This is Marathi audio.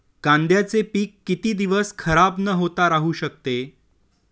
कांद्याचे पीक किती दिवस खराब न होता राहू शकते?